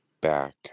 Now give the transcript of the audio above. back